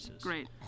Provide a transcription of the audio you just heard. Great